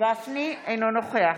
אינו נוכח